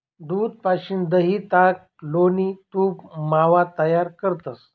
दूध पाशीन दही, ताक, लोणी, तूप, मावा तयार करतंस